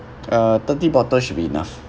uh thirty bottle should be enough